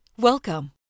welcome